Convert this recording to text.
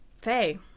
Faye